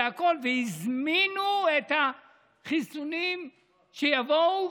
והזמינו את החיסונים שיבואו,